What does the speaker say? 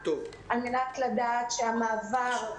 על מנת לדעת שהמעבר מצליח.